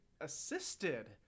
assisted